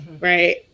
right